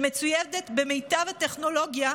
שמצוידת במיטב הטכנולוגיה,